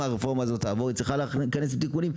ואם הרפורמה תעבור היא צריכה להיכנס לתיקונים,